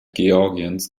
georgiens